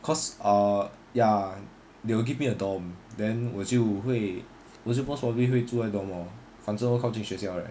cause ah ya they will give me a dorm then 我就会我就 most probably 会住在 dorm lor 反正都靠近学校 right